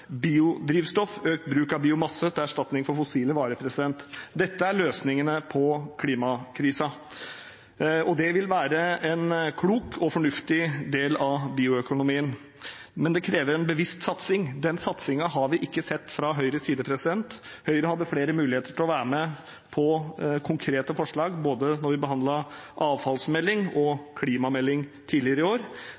biodrivstoff, økt bruk av biomasse til erstatning for fossile varer. Dette er løsningene på klimakrisen. Det vil være en klok og fornuftig del av bioøkonomien, men det krever en bevisst satsing. Den satsingen har vi ikke sett fra Høyres side. Høyre hadde flere muligheter til å være med på konkrete forslag da vi behandlet både avfallsmelding og